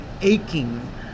aching